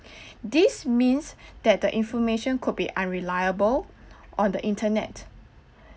this means that the information could be unreliable on the internet